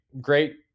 great